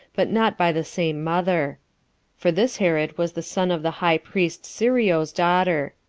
but not by the same mother for this herod was the son of the high priest sireoh's daughter.